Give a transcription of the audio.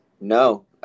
No